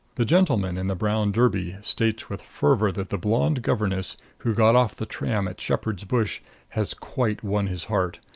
the gentleman in the brown derby states with fervor that the blonde governess who got off the tram at shepherd's bush has quite won his heart.